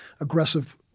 aggressive